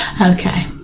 Okay